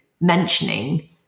mentioning